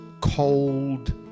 cold